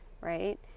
right